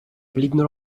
плідну